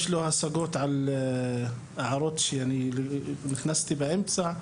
יש לו השגות על הערות שאני הכנסתי באמצע.